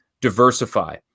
diversify